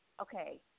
okay